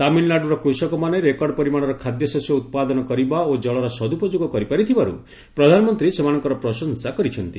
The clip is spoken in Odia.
ତାମିଲନାଡ଼ର କ୍ଷକମାନେ ରେକର୍ଡ ପରିମାଣର ଖାଦ୍ୟଶସ୍ୟ ଉତ୍ପାଦନ କରିବା ଓ ଜଳର ସଦୂପଯୋଗ କରିପାରିଥିବାରୁ ପ୍ରଧାନମନ୍ତ୍ରୀ ସେମାନଙ୍କର ପ୍ରଶଂସା କରିଛନ୍ତି